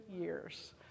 years